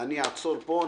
אני אעצור פה,